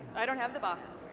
i don't have the box.